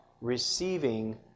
receiving